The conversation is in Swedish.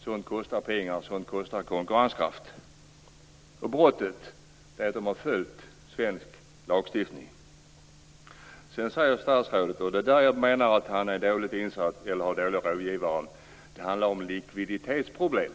Sådant kostar pengar. Sådant kostar konkurrenskraft. Brottet är att de har följt svensk lagstiftning. Sedan säger statsrådet - och det är där jag menar att han är dåligt insatt eller har dåliga rådgivare - att det handlar om likviditetsproblem.